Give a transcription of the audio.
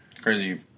Crazy